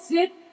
Sit